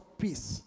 peace